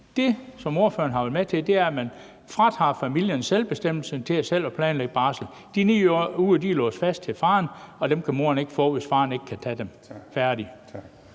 det, som ordføreren har været med til, er, at man fratager familierne selvbestemmelse til selv at planlægge barslen. De 9 uger er låst fast til faren, og dem kan moren ikke få, hvis faren ikke kan tage dem – færdig!